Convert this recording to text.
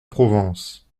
provence